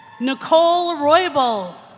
nicole roybal.